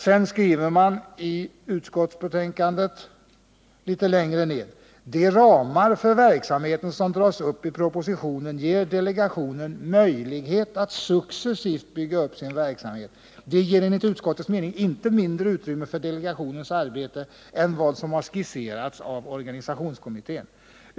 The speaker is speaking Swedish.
Litet längre fram i betänkandet skriver utskottet: ”De ramar för verksamheten som dras upp i propositionen ger delegationen möjlighet att successivt bygga upp sin verksamhet. De ger enligt utskottets mening inte mindre utrymme för delegationens arbete än vad som har skisserats av organisationskommittén.